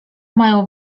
mają